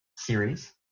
series